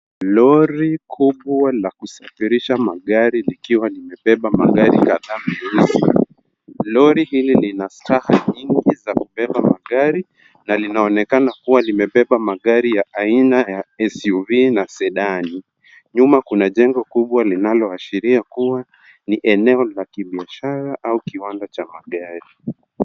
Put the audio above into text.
Lori kubwa la kusafirisha magari likiwa imebeba magari kadhaa meusi. Lori hili lina staha nyingi za kubeba magari na linaonekana kuwa limebeba magari ya aina ya suv na sedani . Nyuma kuna jengo kubwa linaloashiria kuwa ni eneo la kibiashara au kiwanda cha magari.